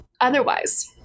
Otherwise